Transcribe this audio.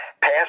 Pass